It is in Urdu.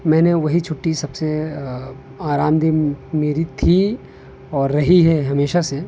میں نے وہی چھٹی سب سے آرام دہ میری تھی اور رہی ہے ہمیشہ سے